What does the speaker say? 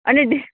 અને